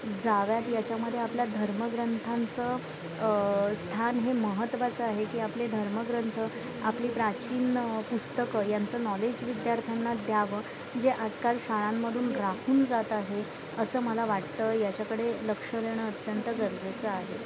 जाव्यात याच्यामध्ये आपल्या धर्मग्रंथांचं स्थान हे महत्त्वाचं आहे की आपले धर्मग्रंथ आपली प्राचीन पुस्तकं यांचं नॉलेज विद्यार्थ्यांना द्यावं जे आजकाल शाळांमधून राहून जात आहे असं मला वाटतं याच्याकडे लक्ष देणं अत्यंत गरजेचं आहे